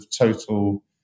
total